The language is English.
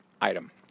item